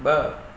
ब॒